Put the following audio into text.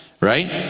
right